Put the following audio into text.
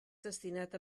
destinat